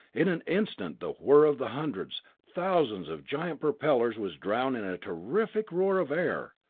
in an instant the whirr of the hundreds, thousands of giant propellers was drowned in a terrific roar of air.